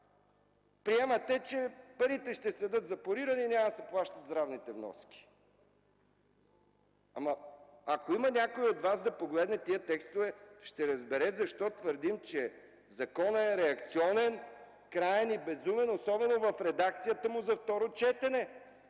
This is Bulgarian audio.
приемате, че парите ще бъдат запорирани и няма да плащат здравните вноски. А ако има някой от Вас да погледне тези текстове, ще разбере защо твърдим, че законът е реакционен, краен и безумен и особено в редакцията му за второ четене.